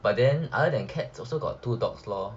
but then other than cats also got two dogs lor